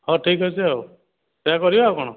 ହଉ ଠିକ୍ ଅଛି ଆଉ ସେଇଆ କରିବା ଆଉ କ'ଣ